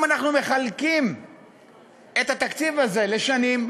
אם אנחנו מחלקים את התקציב הזה לשנים,